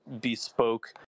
bespoke